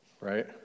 right